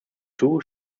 two